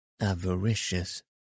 avaricious